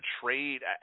trade